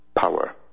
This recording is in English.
power